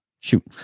shoot